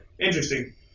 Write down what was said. Interesting